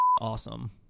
awesome